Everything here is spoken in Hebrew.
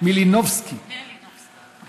שלוש דקות לרשותך.